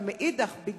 אבל מאידך גיסא,